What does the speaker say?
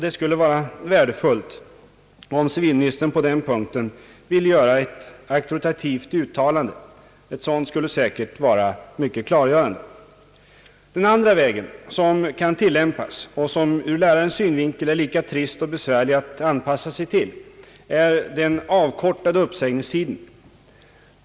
Det skulle vara värdefullt om civilministern på den punkten ville göra ett auktoritativt uttalande. Ett sådant skulle säkerligen vara mycket klargörande. Den andra princip som kan tillämpas — och som ur lärarnas synvinkel är lika trist och besvärlig att anpassa sig till är den avkortade uppsägningstiden.